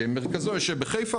שמרכזו יושב בחיפה,